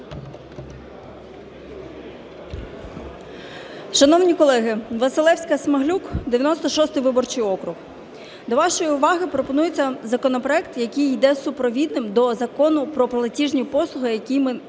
Шановні колеги, Василевська-Смаглюк, 96 виборчий округ. До вашої уваги пропонується законопроект, який йде супровідним до Закону "Про платіжні послуги", який ми з вами